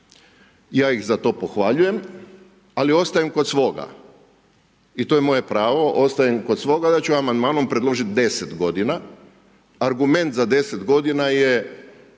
Ja ih za to pohvaljujem, ali ostajem kod svoga i to je moje pravo, ostajem kod svoga da ću amandmanom predložit 10 godina. Argument za 10 godina je